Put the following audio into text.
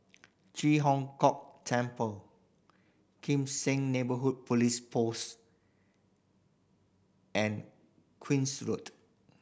Ji Hong Kok Temple Kim Seng Neighbourhood Police Post and Queen's Road